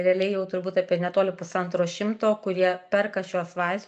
realiai jau turbūt apie netoli pusantro šimto kurie perka šiuos vaist